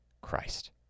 Christ